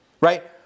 Right